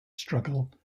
struggle